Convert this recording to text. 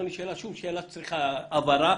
לא נשאלה שום שאלה שצריכה הבהרה,